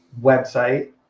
website